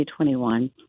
2021